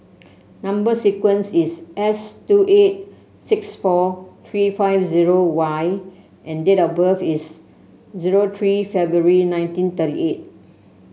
number sequence is S two eight six four three five zero Y and date of birth is zero three February nineteen thirty eight